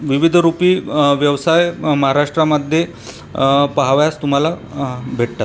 विविधरुपी व्यवसाय महाराष्ट्रामध्ये पहावयास तुम्हाला भेटतात